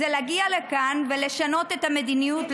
הוא להגיע לכאן ולשנות את המדיניות,